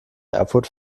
erfurt